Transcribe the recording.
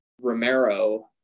Romero